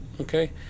okay